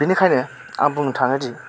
बिनिखायनो आं बुंनो थाङोदि